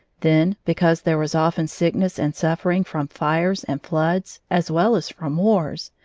then, because there was often sickness and suffering from fires and floods, as well as from wars,